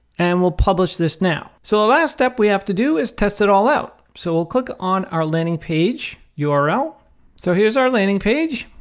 and we'll publish this now. so the ah last step we have to do is test it all out. so we'll click on our landing page yeah url. so here's our landing page.